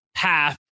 half